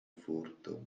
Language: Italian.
furto